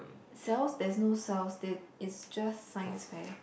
cells there's no cells ther~ is just science fair